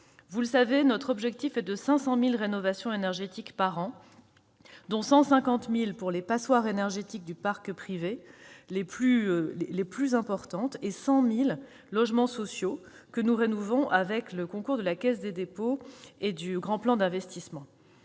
sur la rénovation. Notre objectif est de réaliser 500 000 rénovations énergétiques par an, dont 150 000 pour les passoires énergétiques du parc privé- les plus importantes -et 100 000 logements sociaux que nous rénovons avec le concours de la Caisse des dépôts et du grand plan d'investissement.